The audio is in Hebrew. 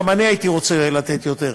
גם אני הייתי רוצה לתת יותר.